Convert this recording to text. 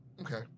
Okay